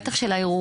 בטח של הערעורים.